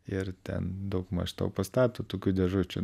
ir ten daugmaž tau pastato tokių dėžučių